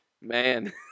Man